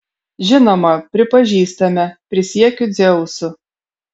žinoma pripažįstame prisiekiu dzeusu